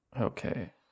Okay